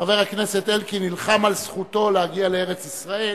חבר הכנסת אלקין נלחם על זכותו להגיע לארץ-ישראל